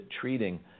treating